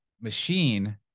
machine